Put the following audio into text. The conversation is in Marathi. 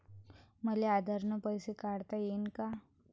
मले आधार न पैसे काढता येईन का?